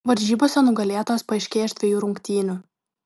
varžybose nugalėtojas paaiškėja iš dviejų rungtynių